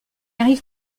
arrive